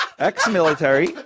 Ex-military